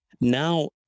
Now